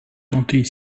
tenter